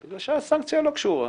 בגלל שהסנקציה לא קשורה.